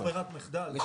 בהתחלה זה היה